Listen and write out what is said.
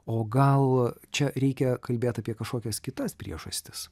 o gal čia reikia kalbėt apie kažkokias kitas priežastis